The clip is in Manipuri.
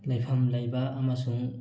ꯂꯩꯐꯝ ꯂꯩꯕ ꯑꯃꯁꯨꯡ